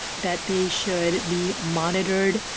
that they should be monitored,